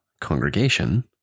congregation